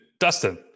Dustin